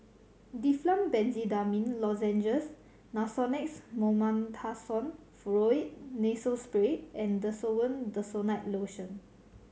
Difflam Benzydamine Lozenges Nasonex Mometasone Furoate Nasal Spray and Desowen Desonide Lotion